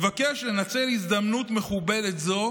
לנצל הזדמנות מכובדת זו